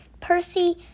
Percy